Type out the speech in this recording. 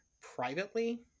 privately